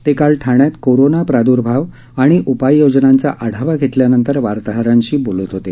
ते काल ठाण्यात कोरोना प्रादर्भाव आणि उपाययोजनांचा आढावा घेतल्यानंतर वार्ताहरांशी बोलत होते